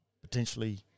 potentially